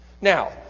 Now